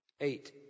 Eight